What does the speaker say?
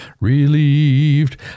relieved